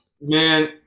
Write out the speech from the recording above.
man